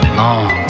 long